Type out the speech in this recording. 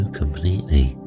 completely